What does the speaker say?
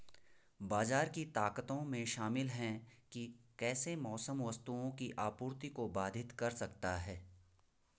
बाजार की ताकतों में शामिल हैं कि कैसे मौसम वस्तुओं की आपूर्ति को बाधित कर सकता है